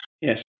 Yes